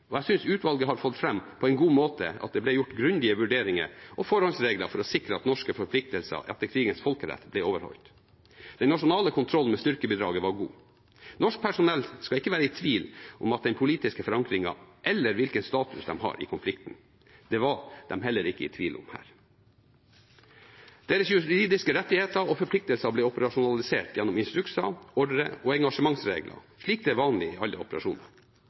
og jeg synes utvalget har fått fram på en god måte at det ble gjort grundige vurderinger og tatt forholdsregler for å sikre at norske forpliktelser etter krigens folkerett ble overholdt. Den nasjonale kontrollen med styrkebidraget var god. Norsk personell skal ikke være i tvil om den politiske forankringen eller om hvilken status de har i konflikten. Det var de heller ikke i tvil om her. Deres juridiske rettigheter og forpliktelser ble operasjonalisert gjennom instrukser, ordre og engasjementsregler, slik det er vanlig i alle operasjoner. Sikring av norsk personells juridiske status i framtidige operasjoner